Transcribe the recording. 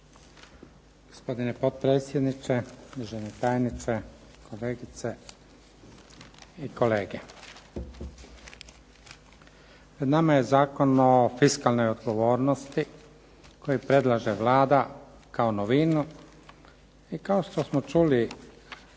Gospodine potpredsjedniče, državni tajniče, kolegice i kolege. Pred nama je Zakon o fiskalnoj odgovornosti koji predlaže Vlada kao novinu i kao što smo čuli